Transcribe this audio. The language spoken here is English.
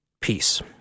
Peace